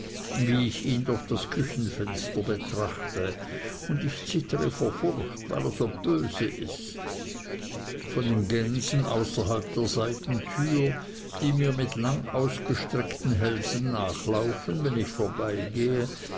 wie ich ihn durch das küchenfenster betrachte und ich zittere vor furcht weil er so bös ist von den gänsen außerhalb der seitentür die mir mit langausgestreckten hälsen nachlaufen wenn ich vorbeigehe